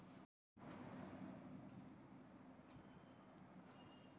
Debit card कोणते खाते उघडल्यानंतर मिळते?